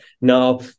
Now